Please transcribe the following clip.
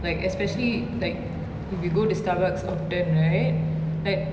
like especially like if you go to starbucks all that right like